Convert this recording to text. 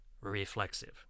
reflexive